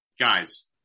guys